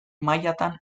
mailatan